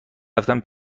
رفتن